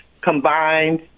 combined